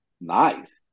Nice